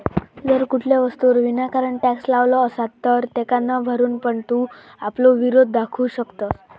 जर कुठल्या वस्तूवर विनाकारण टॅक्स लावलो असात तर तेका न भरून पण तू आपलो विरोध दाखवू शकतंस